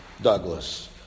Douglas